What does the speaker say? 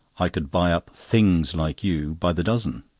i could buy up things like you by the dozen!